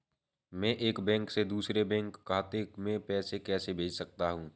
मैं एक बैंक से दूसरे बैंक खाते में पैसे कैसे भेज सकता हूँ?